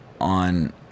on